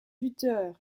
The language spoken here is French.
buteur